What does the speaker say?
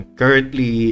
currently